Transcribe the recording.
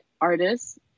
artists